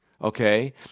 okay